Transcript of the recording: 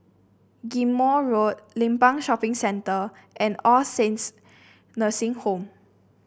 Ghim Moh Road Limbang Shopping Centre and All Saints Nursing Home